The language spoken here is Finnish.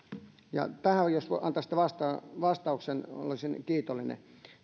tähän jos antaisitte vastauksen vastauksen olisin kiitollinen